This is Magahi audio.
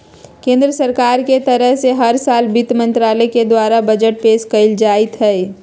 केन्द्र सरकार के तरफ से हर साल वित्त मन्त्रालय के द्वारा बजट पेश कइल जाईत हई